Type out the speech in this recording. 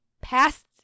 past